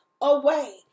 away